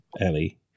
Ellie